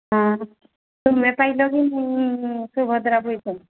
ହଁ ତୁମେ ପାଇଲ କି ନାହିଁ ସୁଭଦ୍ରା ପଇସା